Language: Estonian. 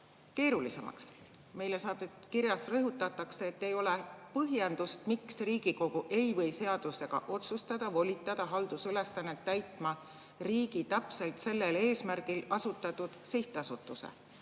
keerulisemaks. Meile saadetud kirjas rõhutatakse, et ei ole põhjendust, miks Riigikogu ei või seadusega otsustada volitada haldusülesannet täitma riigi täpselt sellel eesmärgil asutatud sihtasutust.